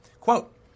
Quote